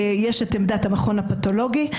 יש את עמדת המכון הפתולוגי.